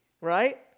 right